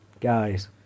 guys